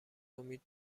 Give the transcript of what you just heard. امید